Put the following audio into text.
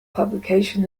publication